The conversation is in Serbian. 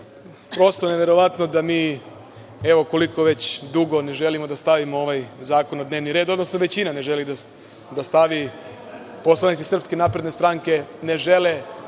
prosto neverovatno da me evo koliko već dugo ne želimo da stavimo ovaj zakon na dnevni red, odnosno većina ne želi da stavi. Poslanici SNS ne žele